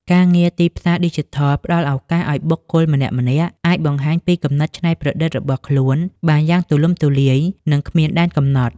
ការងារទីផ្សារឌីជីថលផ្តល់ឱកាសឱ្យបុគ្គលម្នាក់ៗអាចបង្ហាញពីគំនិតច្នៃប្រឌិតរបស់ខ្លួនបានយ៉ាងទូលំទូលាយ និងគ្មានដែនកំណត់។